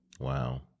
Wow